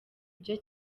byo